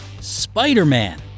Spider-Man